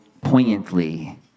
poignantly